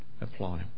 apply